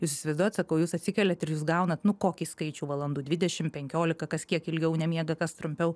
jūs įsivaizduojat sakau jūs atsikeliate ir jūs gaunat nu kokį skaičių valandų dvidešim penkiolika kas kiek ilgiau nemiega kas trumpiau